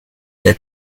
der